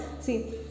see